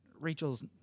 Rachel's